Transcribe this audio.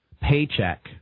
paycheck